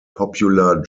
popular